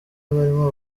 barimo